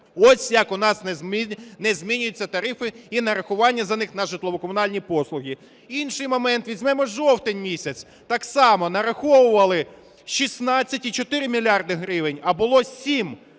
Ось як у нас не змінюються тарифи і нарахування за них на житлово-комунальні послуги. Інший момент, візьмемо жовтень місяць. Так само нараховували 16,4 мільярди гривень, а було 7 два